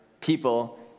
people